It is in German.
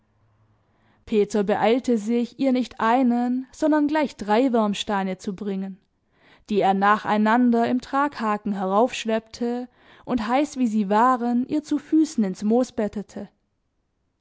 peter beeilte sich ihr nicht einen sondern gleich drei wärmsteine zu bringen die er nacheinander im traghaken heraufschleppte und heiß wie sie waren ihr zu füßen ins moos bettete